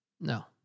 No